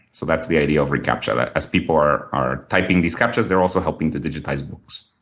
so that's the idea of recaptcha. as people are are typing these captchas, they're also helping to digitize books.